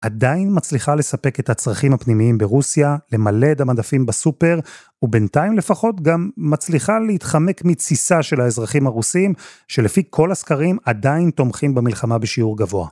עדיין מצליחה לספק את הצרכים הפנימיים ברוסיה, למלא את המדפים בסופר, ובינתיים לפחות גם מצליחה להתחמק מתסיסה של האזרחים הרוסים, שלפי כל הסקרים עדיין תומכים במלחמה בשיעור גבוה.